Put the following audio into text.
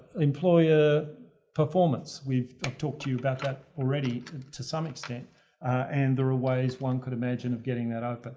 employer performance. we've talk to you about that already to some extent and there are ways one could imagine of getting that out but